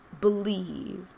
believe